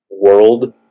world